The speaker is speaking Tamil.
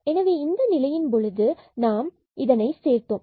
எனவே இந்த நிலையின் போது நாம் சேர்த்தோம்